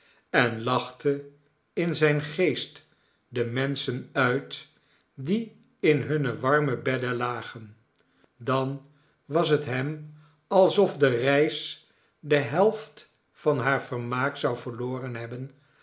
en lachte in zijn geest de menschen uit die in hunne warme bedden lagen dan was het hem alsof de reis de helft van haar vermaak zou verloren hebben